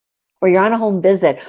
or you're on a home visit,